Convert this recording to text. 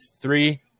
three –